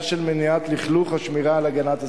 של מניעת לכלוך או שמירה על הגנת הסביבה.